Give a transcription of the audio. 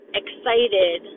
excited